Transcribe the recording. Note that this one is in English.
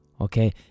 Okay